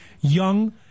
young